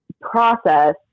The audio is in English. process